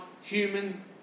Human